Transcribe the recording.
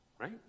right